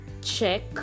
check